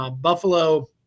Buffalo